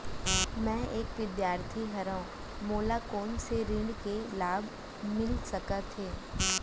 मैं एक विद्यार्थी हरव, मोला कोन से ऋण के लाभ मिलिस सकत हे?